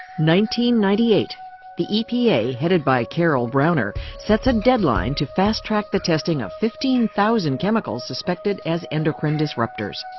ninety ninety eight the epa, headed by carol browner, sets a deadline to fast track the testing of fifteen thousand chemicals suspected as endocrine disruptorse.